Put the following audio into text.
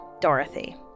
Dorothy